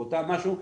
באותם משהו,